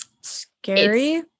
scary